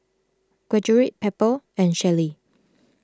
Gertrude Pepper and Shelley